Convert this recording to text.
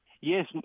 Yes